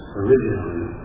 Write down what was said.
originally